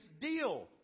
deal